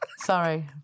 Sorry